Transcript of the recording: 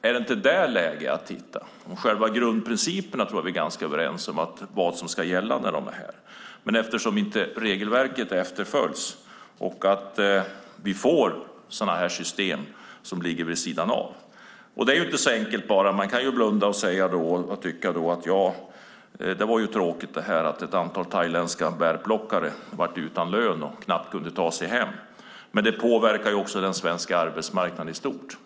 Är det inte läge att titta på detta? Vi är överens om vad som ska gälla i fråga om grundprinciperna, men eftersom regelverket inte följs skapas system som ligger vid sidan om. Visst kan man blunda och tycka att det är tråkigt att ett antal thailändska bärplockare har blivit utan lön och knappt kan ta sig hem. Men det här påverkar också den svenska arbetsmarknaden i stort.